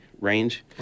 range